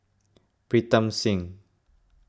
Pritam Singh